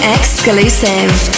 Exclusive